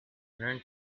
learn